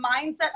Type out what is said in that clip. mindset